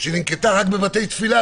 שננקטה רק בבתי תפילה,